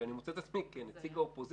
ואני מוצא את עצמי כנציג האופוזיציה